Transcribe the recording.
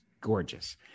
gorgeous